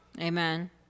amen